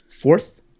Fourth